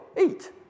eat